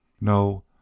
No